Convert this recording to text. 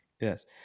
Yes